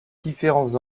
différents